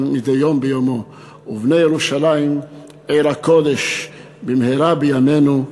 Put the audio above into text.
מדי יום ביומו: "ובנה ירושלים עיר הקודש במהרה בימינו".